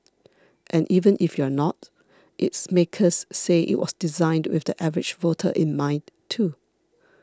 and even if you're not its makers say it was designed with the average voter in mind too